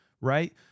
right